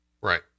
Right